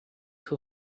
who